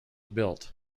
built